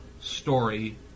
story